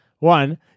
One